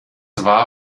war